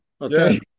okay